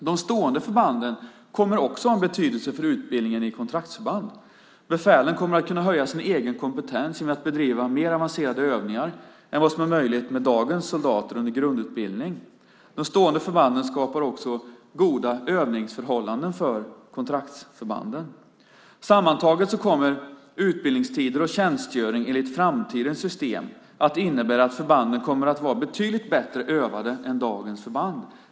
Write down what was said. De stående förbanden kommer också att ha betydelse för utbildningen i kontraktsförband. Befälen kommer att höja sin egen kompetens genom att bedriva mer avancerade övningar än vad som är möjligt med dagens soldater under grundutbildning. De stående förbanden skapar också goda övningsförhållanden för kontraktsförbanden. Sammantaget kommer utbildningstider och tjänstgöring enligt framtidens system att innebära att förbanden kommer att vara betydligt bättre övade än dagens förband.